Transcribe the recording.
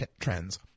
trends